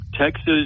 Texas